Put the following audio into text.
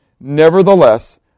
Nevertheless